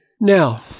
Now